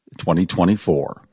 2024